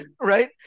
right